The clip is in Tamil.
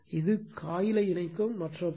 இது காயிலை இணைக்கும் மற்ற பகுதி